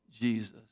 Jesus